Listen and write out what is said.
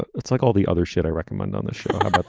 but it's like all the other shit i recommend on the show. but